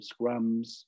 scrums